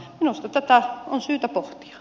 minusta tätä on syytä pohtia